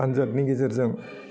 आनजादनि गेजेरजों